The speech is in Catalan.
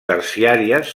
terciàries